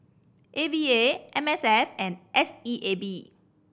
A V A M S F and S E A B